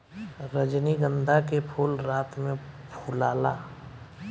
रजनीगंधा के फूल रात में फुलाला